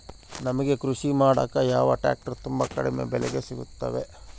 ನಮಗೆ ಕೃಷಿ ಮಾಡಾಕ ಯಾವ ಟ್ರ್ಯಾಕ್ಟರ್ ತುಂಬಾ ಕಡಿಮೆ ಬೆಲೆಗೆ ಸಿಗುತ್ತವೆ?